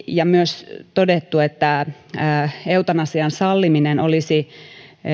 ja myös todettu että eutanasian salliminen olisi